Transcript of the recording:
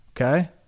Okay